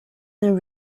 and